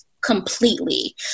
completely